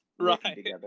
Right